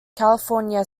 california